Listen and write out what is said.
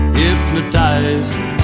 hypnotized